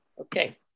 Okay